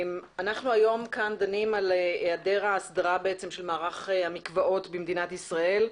אנחנו דנים כאן היום על היעדר האסדרה של מערך המקוואות במדינת ישראל.